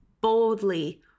boldly